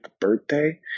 birthday